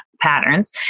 patterns